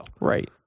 Right